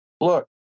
look